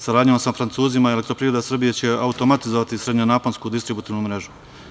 Saradnjom sa Francuzima, Elektroprivreda Srbije će automatizovati srednjenaponsku distributivnu mrežu.